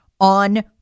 on